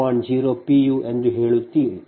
u ಎಂದು ಹೇಳುತ್ತೀರಿ